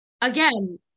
again